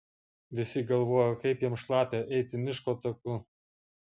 visi galvojo kaip jam šlapia eiti miško taku